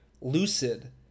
lucid